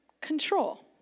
control